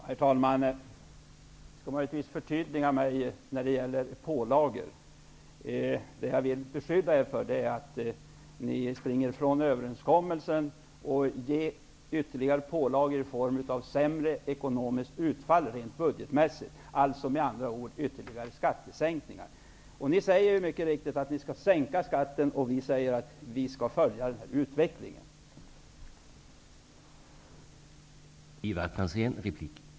Herr talman! Jag skall försöka förtydliga mig när det gäller pålagor. Vad jag beskyller er för är att springa ifrån överenskommelsen i form av ytterligare pålagor som ekonomiskt rent budgetmässigt utfaller sämre. Med andra ord sagt: ytterligare skattesänkningar. Ni säger mycket riktigt att ni vill sänka skattenivån, och vi säger att vi vill följa utvecklingen av skattenivån.